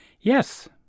Yes